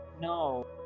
No